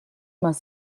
más